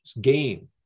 game